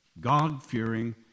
God-fearing